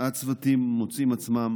הצוותים מוצאים עצמם